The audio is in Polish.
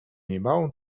niemałą